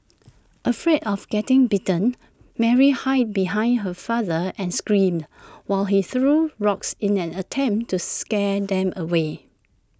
afraid of getting bitten Mary hid behind her father and screamed while he threw rocks in an attempt to scare them away